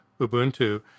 Ubuntu